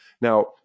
now